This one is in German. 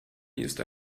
ist